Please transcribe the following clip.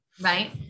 right